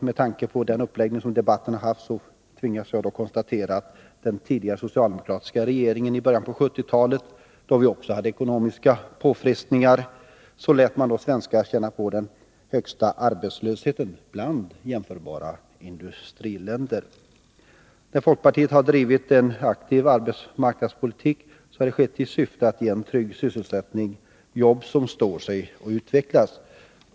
Med tanke på den uppläggning som debatten har haft tvingas jag konstatera att den tidigare socialdemokratiska regeringen i början av 1970-talet, då vi också hade ekonomiska påfrestningar, lät svenskarna känna på den högsta arbetslösheten bland jämförbara industriländer. När folkpartiet har drivit en aktiv arbetsmarknadspolitik har det skett i syfte att ge en trygg sysselsättning, jobb som står sig och utvecklas.